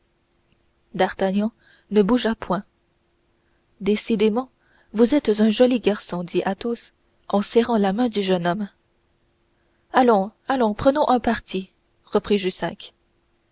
d'artagnan ne bougea point décidément vous êtes un joli garçon dit athos en serrant la main du jeune homme allons allons prenons un parti reprit jussac